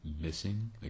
missing